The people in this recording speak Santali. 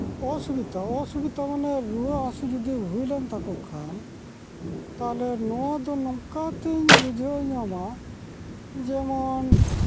ᱚᱥᱩᱵᱤᱛᱟ ᱚᱥᱩᱵᱤᱛᱟ ᱢᱟᱱᱮ ᱨᱩᱣᱟᱹ ᱡᱩᱫᱤ ᱦᱩᱭ ᱞᱮᱱ ᱛᱟᱠᱚ ᱠᱷᱟᱱ ᱛᱟᱦᱚᱞᱮ ᱱᱚᱣᱟ ᱫᱚ ᱱᱚᱝᱠᱟ ᱛᱤᱧ ᱵᱩᱡᱷᱟᱹᱣ ᱧᱟᱢᱟ ᱡᱮᱢᱚᱱ